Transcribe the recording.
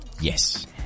Yes